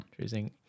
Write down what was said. Choosing